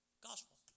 Gospel